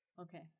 Okay